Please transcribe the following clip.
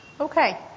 Okay